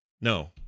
no